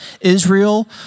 Israel